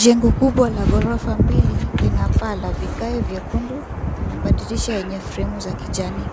Jengo kubwa la ghorofa mbili lina paa la vigae vyekundu, na madirisha yenye fremu za kijani.